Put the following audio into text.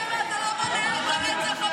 למה אתה לא מונע את הרצח הבא?